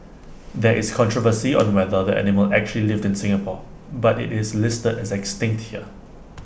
there is controversy on whether the animal actually lived in Singapore but IT is listed as extinct here